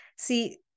See